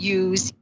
use